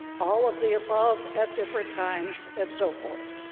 all of the above at different times, and so forth.